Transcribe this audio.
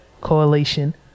Coalition